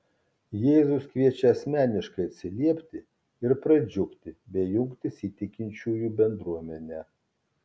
jėzus kviečia asmeniškai atsiliepti ir pradžiugti bei jungtis į tikinčiųjų bendruomenę